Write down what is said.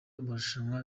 amarushanwa